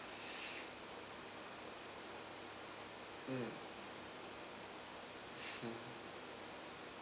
mm hmm